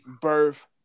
birth